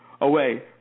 away